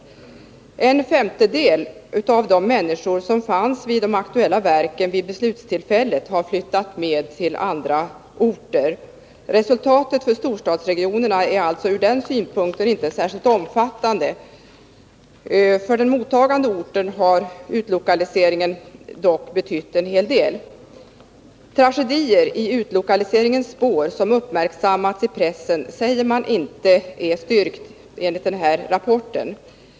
Det framgår att inte mer än en femtedel av de människor som fanns vid de aktuella verken vid beslutstillfället har flyttat med till andra orter. Resultatet för storstadsregionerna är alltså ur den synvinkeln inte så omfattande som det kanske verkar. För den mottagande orten har utlokaliseringen dock betytt en hel del. Tragedier i utlokaliseringens spår, som uppmärksammats i pressen, är enligt den här rapporten inte styrkta.